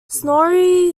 snorri